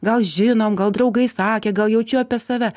gal žinom gal draugai sakė gal jaučiu apie save